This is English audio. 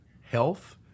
health